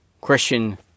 Christian